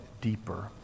deeper